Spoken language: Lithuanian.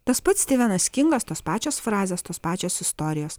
tas pats stivenas kingas tos pačios frazės tos pačios istorijos